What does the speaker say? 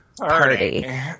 Party